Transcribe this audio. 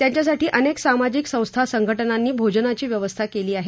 त्यांच्यासाठी अनेक सामाजिक संस्था संघटनांनी भोजनाची व्यवस्था केली आहे